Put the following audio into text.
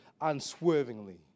unswervingly